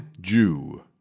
JEW